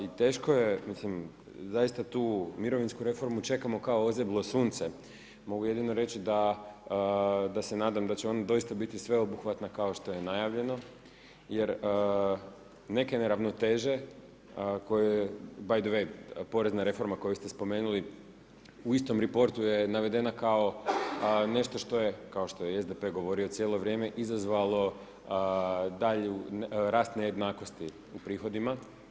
I teško je mislim, zaista tu mirovinsku reformu čekamo kao ozeblo sunce, mogu jedino reći da se nadam da će ona dosita biti sveobuhvatna kao što je najavljeno, jer neke neravnoteže koje btw porezna reforma koju ste spomenuli u istom reportu je navedena kao nešto što je, kao što je SDP govorio cijelu vrijeme, izazivalo, dalju rast nejednakosti u prihodima.